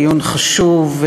דיון חשוב,